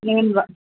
main వా